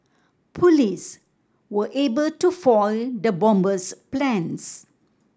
police were able to foil the bomber's plans